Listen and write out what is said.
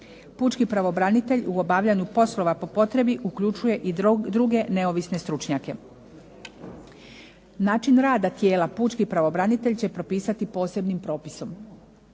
Pučki pravobranitelj u obavljanju poslova po potrebi uključuje i druge neovisne stručnjake. Način rada tijela pučki pravobranitelj će propisati posebnim propisom.